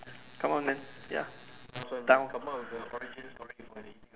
come on man ya down